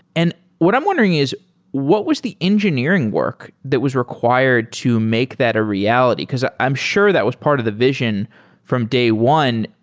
and what i'm wondering is what was the engineering work that was required to make that a reality? because i'm sure that was part of the vision from day one,